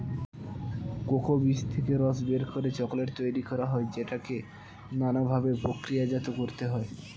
cocoa বীজ থেকে রস বের করে চকোলেট তৈরি করা হয় যেটাকে নানা ভাবে প্রক্রিয়াজাত করতে হয়